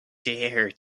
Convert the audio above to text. dare